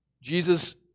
Jesus